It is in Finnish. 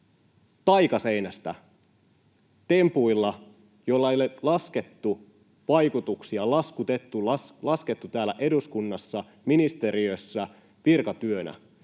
taikaseinästä tempuilla, joille ei ole laskettu vaikutuksia täällä eduskunnassa, ministeriössä virkatyönä.